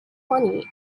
pony